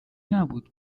نبود